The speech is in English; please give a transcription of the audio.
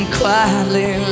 quietly